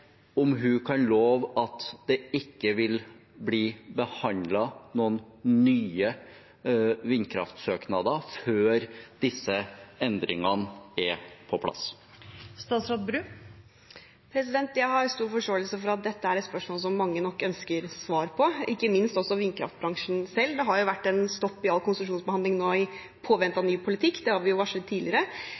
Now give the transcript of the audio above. om hun kan love at det ikke vil bli behandlet noen nye vindkraftsøknader før disse endringene er på plass. Jeg har stor forståelse for at dette er et spørsmål som mange nok ønsker svar på, ikke minst vindkraftbransjen selv. Det har nå vært en stopp i all konsesjonsbehandling i påvente av ny politikk. Det har vi jo varslet tidligere.